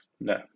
No